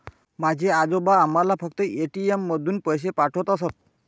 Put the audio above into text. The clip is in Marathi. माझे आजोबा आम्हाला फक्त ए.टी.एम मधून पैसे पाठवत असत